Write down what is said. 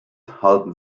halten